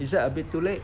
is that a bit too late